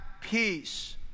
peace